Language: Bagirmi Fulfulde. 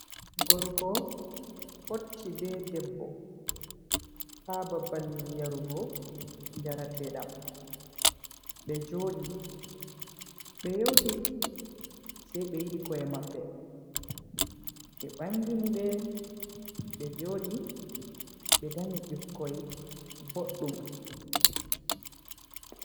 Gorko fotti be debbo ha babal yarugo njaratedam, be jodi be yewti sai be yidi ko'e mabbe be bangini be be jodi be danyi bikkoi duddum.